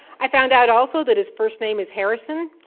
i found out also that his first name is harrison.